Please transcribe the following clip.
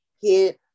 hit